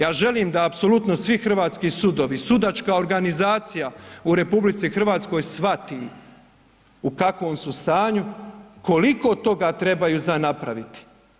Ja želim da apsolutno svi hrvatski sudovi, sudačka organizacija u RH shvati u kakvom su stanju, koliko toga trebaju za napraviti.